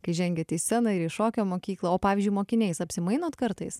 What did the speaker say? kai žengiat į sceną ir į šokio mokyklą o pavyzdžiui mokiniais apsimainot kartais